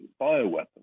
Bioweapons